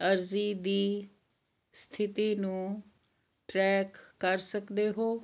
ਅਰਜ਼ੀ ਦੀ ਸਥਿਤੀ ਨੂੰ ਟਰੈਕ ਕਰ ਸਕਦੇ ਹੋ